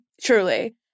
Truly